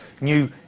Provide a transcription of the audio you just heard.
new